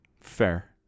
Fair